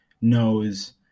knows